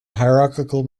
hierarchical